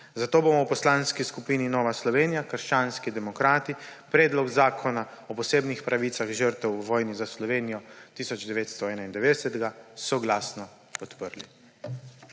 Zato bomo v Poslanski skupini Nova Slovenija – krščanski demokrati predlog Zakona o posebnih pravicah žrtev v vojni za Slovenijo 1991 soglasno podprli.